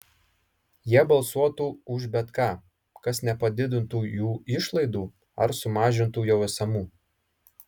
jie balsuotų už bet ką kas nepadidintų jų išlaidų ar sumažintų jau esamų